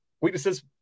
Weaknesses